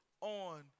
on